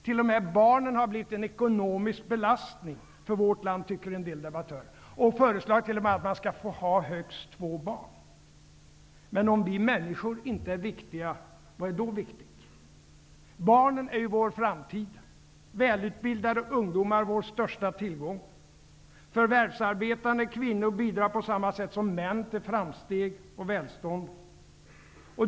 T.o.m. barnen har blivit en ekonomisk belastning för vårt land tycker en del debattörer. De föreslår t.o.m. att man skall få ha högst två barn. Men om vi människor inte är viktiga, vad är då viktigt? Barnen är ju vår framtid. Välutbildade ungdomar är vår största tillgång. Förvärvsarbetande kvinnor bidrar på samma sätt som män till framsteg och välstånd.